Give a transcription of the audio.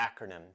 acronym